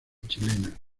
chilena